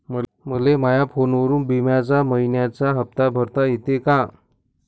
मले माया फोनवरून बिम्याचा मइन्याचा हप्ता भरता येते का?